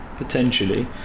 Potentially